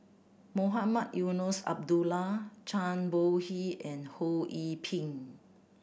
Mohamed Eunos Abdullah Zhang Bohe and Ho Yee Ping